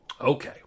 Okay